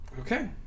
Okay